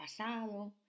pasado